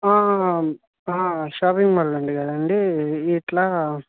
shopping mall నుండి కదండి ఇట్లా